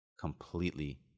completely